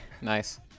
nice